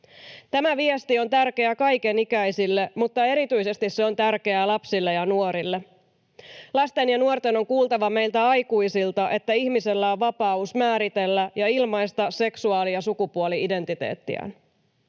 Tämä viesti on tärkeä kaiken ikäisille, mutta erityisesti se on tärkeä lapsille ja nuorille. Lasten ja nuorten on kuultava meiltä aikuisilta, että ihmisellä on vapaus määritellä ja ilmaista seksuaali- ja sukupuoli-identiteettiään.